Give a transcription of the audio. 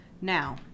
now